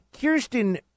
Kirsten